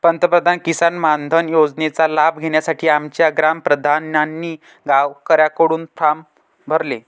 पंतप्रधान किसान मानधन योजनेचा लाभ घेण्यासाठी आमच्या ग्राम प्रधानांनी गावकऱ्यांकडून फॉर्म भरले